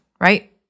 right